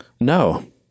No